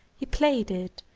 he played it,